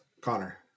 Connor